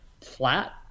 flat